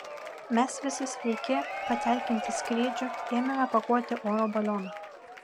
mes visi sveiki patenkinti skrydžiu ėmėme pakuoti oro balioną